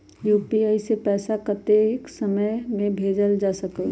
UPI से पैसा कतेक समय मे भेजल जा स्कूल?